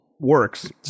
works